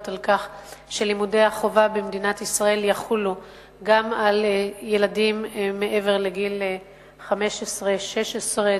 לימודי החובה במדינת ישראל יחולו גם על ילדים מעבר לגיל 15 16,